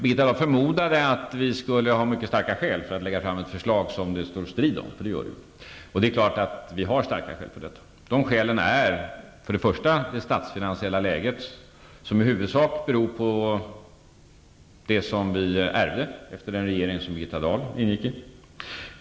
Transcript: Birgitta Dahl förmodade att vi skulle ha mycket starka skäl för att lägga fram ett förslag som det står strid om, och det är klart att vi har starka skäl. Ett skäl är det statsfinansiella läget, som i huvudsak beror på det som vi ärvde efter den regering som Birgitta Dahl ingick i.